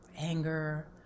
anger